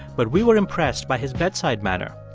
but we were impressed by his bedside manner.